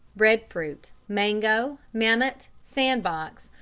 bread fruit, mango, mammet, sand box,